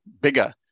bigger